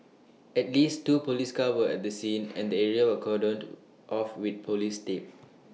at least two Police cars were at the scene and the area were cordoned off with Police tape